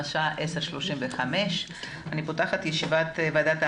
השעה 10:35 ואני פותחת את ישיבת ועדת העבודה,